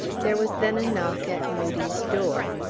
there was then a knock at moodie's door.